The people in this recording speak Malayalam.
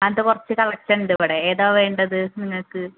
അങ്ങനത്തെ കുറച്ച് കളക്ഷൻ ഉണ്ടിവിടെ ഏതാ വേണ്ടത് നിങ്ങൾക്ക്